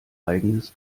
eigenes